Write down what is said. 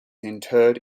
interred